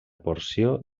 porció